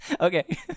Okay